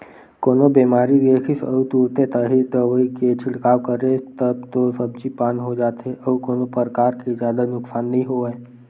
कोनो बेमारी दिखिस अउ तुरते ताही दवई के छिड़काव करेस तब तो सब्जी पान हो जाथे अउ कोनो परकार के जादा नुकसान नइ होवय